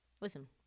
Listen